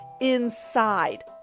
inside